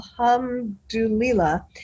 Alhamdulillah